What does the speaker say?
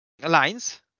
lines